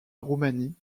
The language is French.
roumanie